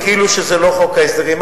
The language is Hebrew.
כאילו שזה לא חוק ההסדרים.